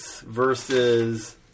versus